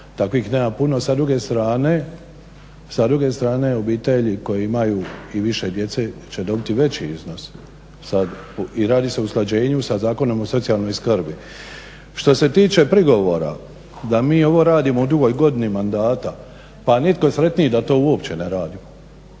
Takvih nema puno sa druge strane obitelji koje imaju i više djece će dobiti veći iznos sad i radi se o usklađenju sa Zakonom o socijalnoj skrbi. Što se tiče prigovora da mi ovo radimo u drugoj godini mandata, pa nitko sretniji da to uopće ne radimo,